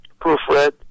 proofread